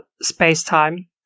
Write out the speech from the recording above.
space-time